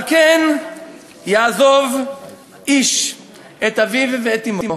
"על כן יעזב איש את אביו ואת אמו